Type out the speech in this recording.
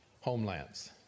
homelands